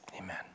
Amen